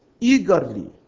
eagerly